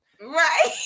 Right